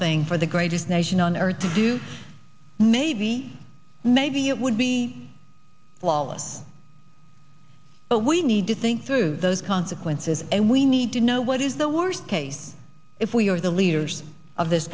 thing for the greatest nation on earth to do maybe maybe it would be flawless but we need to think through those consequences and we need to know what is the worst case if we are the leaders of this